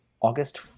August